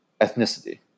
ethnicity